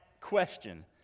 question